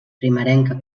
primerenca